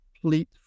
complete